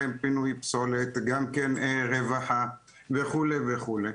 גם פינוי פסולת, גם רווחה וכו' וכו',